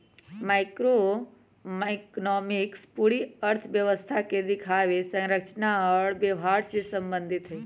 macroeconomics पूरी अर्थव्यवस्था के दिखावे, संरचना और व्यवहार से संबंधित हई